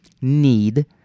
need